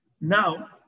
now